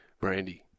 Brandy